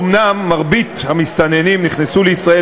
אומנם מרבית המסתננים נכנסו לישראל